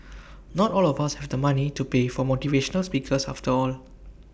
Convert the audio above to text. not all of us have the money to pay for motivational speakers after all